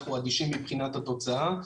אנחנו אדישים מבחינת התוצאה.